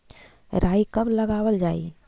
राई कब लगावल जाई?